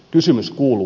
kysymys kuuluu